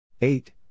eight